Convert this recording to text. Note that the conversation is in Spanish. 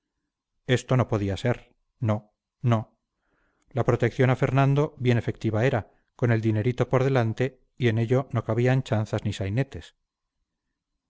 esto no podía ser no no la protección a fernando bien efectiva era con el dinerito por delante y en ello no cabían chanzas ni sainetes